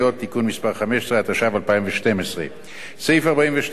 התשע"ב 2012. סעיף 42א לפקודת הראיות קובע כי